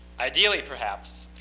ideally, perhaps,